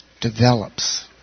develops